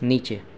نیچے